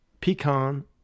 Pecan